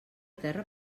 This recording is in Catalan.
terra